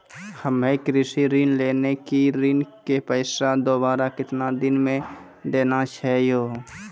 हम्मे कृषि ऋण लेने छी ऋण के पैसा दोबारा कितना दिन मे देना छै यो?